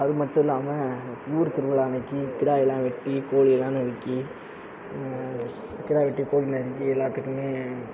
அது மட்டும் இல்லாமல் ஊர் திருவிழா அன்னைக்கி கிடா எல்லாம் வெட்டி கோழி எல்லாம் நறுக்கி கிடா வெட்டி கோழி நறுக்கி எல்லாத்துக்கும்